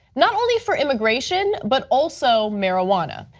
not only for immigration, but also marijuana.